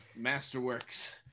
masterworks